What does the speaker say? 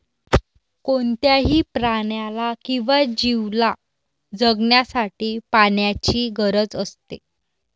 कोणत्याही प्राण्याला किंवा जीवला जगण्यासाठी पाण्याची गरज असते